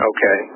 Okay